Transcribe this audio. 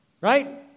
right